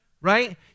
right